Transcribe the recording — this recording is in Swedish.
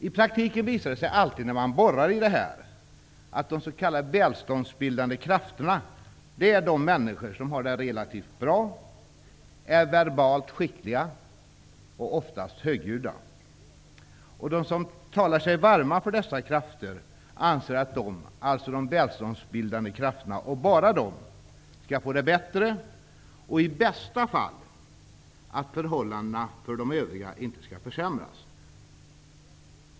I praktiken visar det alltid när man börja borra i detta att de s.k. välståndsbildande krafterna är de människor som har det relativt bra, är verbalt skickliga och oftast högljudda. De som talar sig varma för dessa krafter anser att dessa -- och bara de -- skall få det bättre och att, i bästa fall, förhållandena för de övriga inte skall försämras.